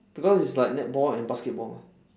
because it's like netball and basketball